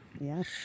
Yes